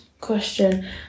question